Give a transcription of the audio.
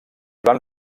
van